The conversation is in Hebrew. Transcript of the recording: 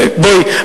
בואי,